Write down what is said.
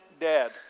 dead